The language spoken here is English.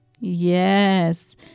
Yes